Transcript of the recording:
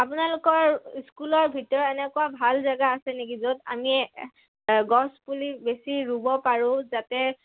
আপোনালোকৰ স্কুলৰ ভিতৰত এনেকুৱা ভাল জেগা আছে নেকি য'ত আমি গছ পুলি বেছি ৰুব পাৰোঁ যাতে